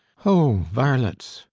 ho, varlets,